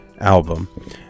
album